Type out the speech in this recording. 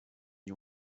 you